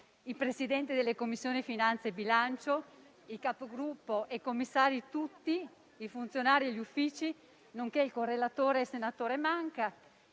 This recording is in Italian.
i Presidenti delle Commissioni finanze e bilancio, i Capigruppo e i commissari tutti, i funzionari e gli Uffici, nonché il correlatore, senatore Manca,